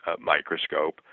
microscope